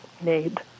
need